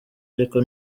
ariko